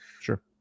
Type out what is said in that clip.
Sure